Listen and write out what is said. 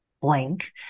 blank